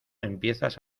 empiezas